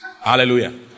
Hallelujah